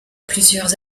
plusieurs